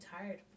tired